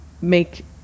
make